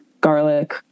garlic